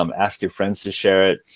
um ask your friends to share it,